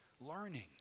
learning